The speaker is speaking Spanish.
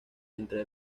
entre